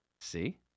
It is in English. See